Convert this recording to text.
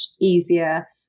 easier